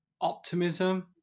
optimism